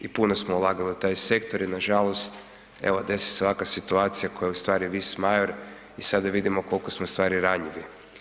I puno smo ulagali u taj sektor i nažalost evo desi se ovakva situacija koja je ustvari … i sada vidimo koliko smo ustvari ranjivi.